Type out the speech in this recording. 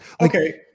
okay